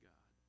God